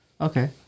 Okay